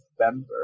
November